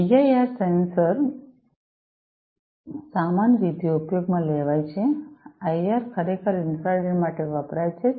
PIR sensor ખૂબ સામાન્ય રીતે ઉપયોગમાં લેવાય છે આઈઆર ખરેખર ઇન્ફ્રારેડ માટે વપરાય છે